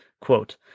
Quote